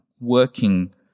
working